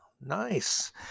nice